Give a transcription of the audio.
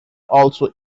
also